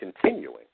continuing